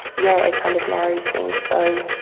yeah, it kind of narrows things, so,